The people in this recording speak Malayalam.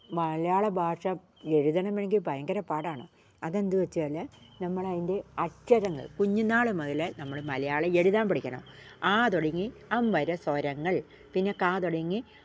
മലയാള ഭാഷ എഴുതണമെങ്കിൽ ഭയങ്കര പാടാണ് അതെന്തു വച്ചാൽ നമ്മൾ അതിൻ്റെ അക്ഷരങ്ങൾ കുഞ്ഞുനാൾ മുതലേ നമ്മൾ മലയാളം എഴുതാൻ പഠിക്കണം ആ തുടങ്ങി അം വരെ സ്വരങ്ങൾ പിന്നെ ക തുടങ്ങി